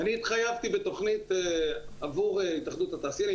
אני התחייבתי בתוכנית עבור התאחדות התעשיינים,